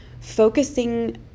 Focusing